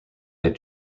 had